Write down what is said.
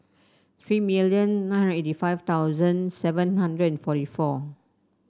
three million nine hundred and eighty five thousand seven hundred and forty four